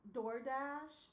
DoorDash